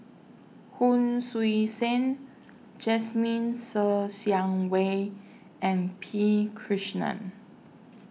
Hon Sui Sen Jasmine Ser Xiang Wei and P Krishnan